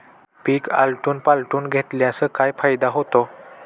पीक आलटून पालटून घेतल्यास काय फायदा होतो?